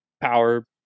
power